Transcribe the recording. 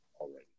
already